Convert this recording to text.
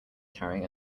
carrying